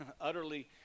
Utterly